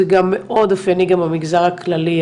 זה גם מאוד אופייני גם במגזר הכללי,